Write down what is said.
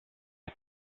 the